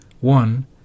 One